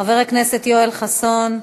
חבר הכנסת יואל חסון.